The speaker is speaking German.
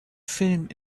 film